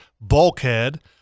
bulkhead